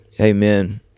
Amen